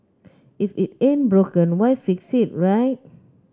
if it ain't broken why fix it right